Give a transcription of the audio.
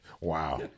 Wow